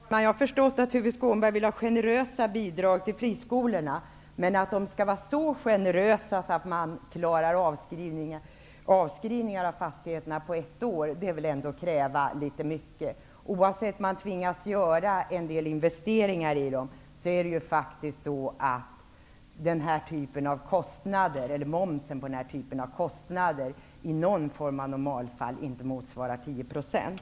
Herr talman! Jag har förstått att Tuve Skånberg vill ha generösa bidrag till friskolorna, men att de skall vara så generösa att de klarar av avskrivningar av fastigheterna på ett år, är väl att kräva litet mycket. Oavsett man tvingas göra en del investeringar, är momsen på den typen av kostnader faktiskt inte av den omfattningen att den i något normalfall motsvarar 10 procent.